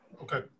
Okay